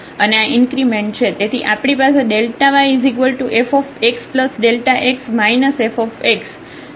તેથી આપણી પાસે yfxΔx f અને dyfxdx છે